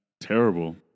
Terrible